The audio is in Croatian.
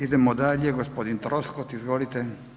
Idemo dalje, gospodin Troskot, izvolite.